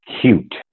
cute